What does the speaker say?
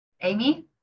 Amy